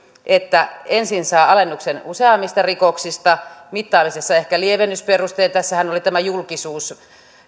että ensin saa alennuksen useammista rikoksista mittaamisessa ehkä lievennysperusteita tässähän oli tämä julkisuus